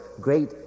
great